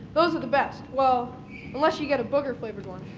those are the best. well unless you get a booger flavored one.